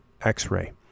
x-ray